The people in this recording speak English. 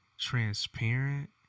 transparent